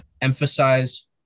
emphasized